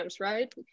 right